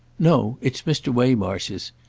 no, it's mr. waymarsh's.